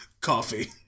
coffee